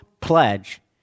pledge